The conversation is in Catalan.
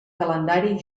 calendari